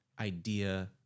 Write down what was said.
idea